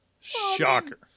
Shocker